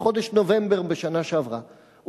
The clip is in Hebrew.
בחודש נובמבר בשנה שעברה,